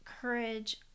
courage